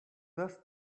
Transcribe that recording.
this